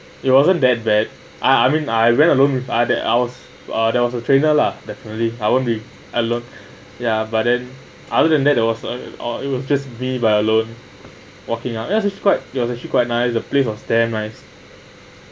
it wasn't that bad I I mean I went alone with there uh uh there was a trainer lah definitely I won't be alone ya but than other than that that was that a oh it will just me by alone walking out ya actually quite that was actually quite nice the place was damn nice